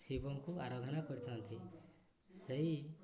ଶିବଙ୍କୁ ଆରାଧନା କରିଥାନ୍ତି ସେଇ